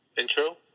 intro